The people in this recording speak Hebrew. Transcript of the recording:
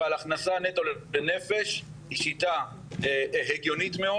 אבל הכנסה נטו לנפש, היא שיטה הגיונית מאוד.